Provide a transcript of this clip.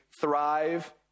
thrive